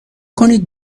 کنید